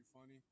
funny